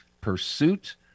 pursuit